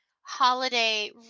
holiday